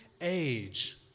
age